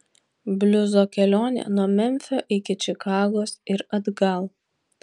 bliuzo kelionė nuo memfio iki čikagos ir atgal